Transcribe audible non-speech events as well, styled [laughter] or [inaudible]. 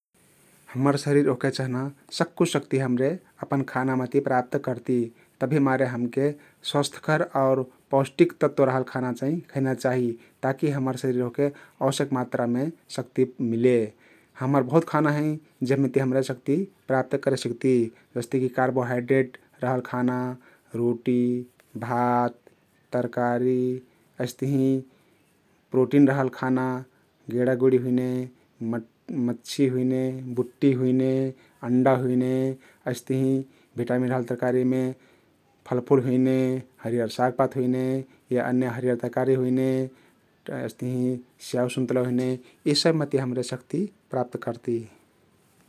हम्मर शरिर ओहके चहना सक्कु शक्ति हमरे अपन खाना महती प्राप्त करती तभिमारे हमके स्वास्थकर आउर पौष्टतक तत्व रहल खाना चाहिं खैना चाहि ताकी हम्मर शरिर ओहके अवश्यक मात्रामे शक्ति मिले । हम्मर बहुत खाना हँइ जेहमेति हमरे शक्ति प्राप्त करे सक्ती जस्तेकी कार्बोहाईड्रेड रहल खाना रोटी, भात, तरकारी, अइस्तहिं प्रोटीन रहल खाना गेडागुडी हुइने [unintelligible] मछ्छी हुइने, बुट्टी हुइन, अण्डा हुइने । अइस्तहिं भिटउमिन रहल तरकारीमे फलफुल हुइने, हरियर सागपात हुइने या अन्य हरियर तरकारी हुइने [unintelligible] अइस्तहिं स्याउ सुन्तला हुइने यी सब महती हमरे शक्ति प्राप्त करती ।